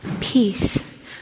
peace